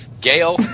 Gail